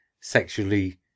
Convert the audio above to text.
sexually